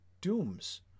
dooms